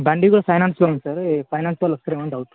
బండి కూడా ఫైనాన్స్లో ఉంది సార్ ఫైనాన్స్ వాళ్ళు వస్తారేమో అని డౌట్